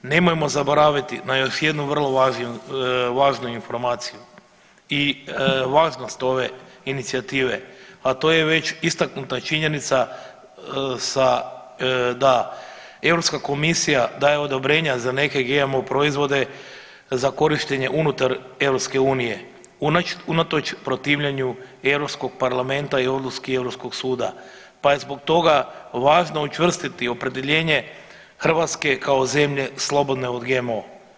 Nemojmo zaboraviti na još jednu vrlo važnu informaciju i važnost ove inicijative, a to je već istaknuta činjenica da Europska komisija daje odobrenja za neke GMO proizvode za korištenje unutar EU unatoč protivljenju Europskog parlamenta i odluci Europskog suda, pa je zbog toga važno učvrstiti opredjeljenje Hrvatske kao zemlje slobodne od GMO.